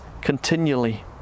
continually